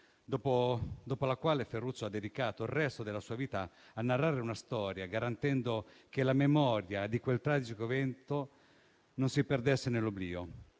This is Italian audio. dopo la quale Ferruccio ha dedicato il resto della propria vita a narrare una storia, garantendo che la memoria di quel tragico evento non si perdesse nell'oblio.